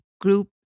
group